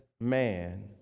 man